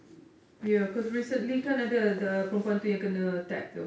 ya because recently kan ada perempuan tu yang kena attack tu